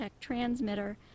transmitter